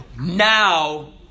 now